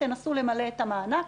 תנסו למלא את בקשת המענק,